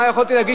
מה יכולתי להגיד,